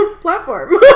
platform